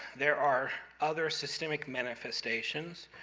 there are other systemic manifestations.